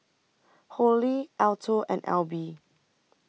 Holli Alto and Alby